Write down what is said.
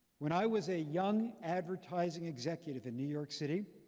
when i was a young advertising executive in new york city,